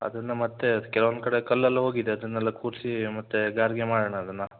ಅದನ್ನು ಮತ್ತೆ ಕೆಲವೊಂದು ಕಡೆ ಕಲ್ಲೆಲ್ಲ ಹೋಗಿದೆ ಅದನ್ನೆಲ್ಲ ಕೂರಿಸಿ ಮತ್ತೆ ಗಾರೆಗೆ ಮಾಡೋಣ ಅದನ್ನು